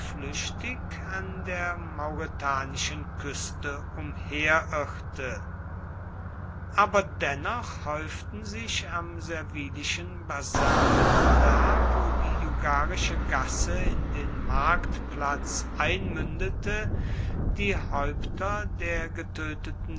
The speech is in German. landflüchtig an der mauretanischen küste umherirrte aber dennoch häuften sich am servilischen bassin da wo die jugarische gasse in den marktplatz einmündete die häupter der getöteten